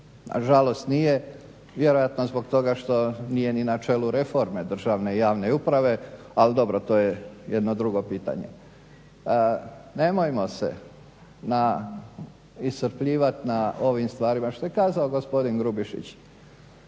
Nažalost nije, vjerojatno zbog toga što nije ni na čelu reforme državne i javne uprave ali dobro, to je jedno drugo pitanje. Nemojmo se iscrpljivati na ovim stvarima što je kazao gospodin Grubišić,